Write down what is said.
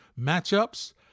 matchups